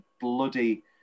bloody